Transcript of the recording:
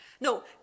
no